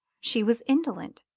she was indolent,